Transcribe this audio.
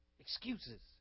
Excuses